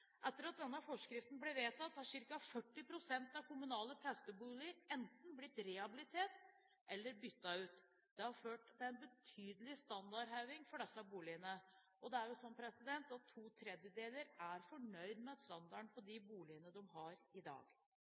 Etter at denne forskriften ble vedtatt, har ca. 40 pst. av kommunale presteboliger enten blitt rehabilitert eller byttet ut. Det har ført til en betydelig standardheving av disse boligene, og det er slik at to tredjedeler er fornøyd med standarden på de boligene de har i dag.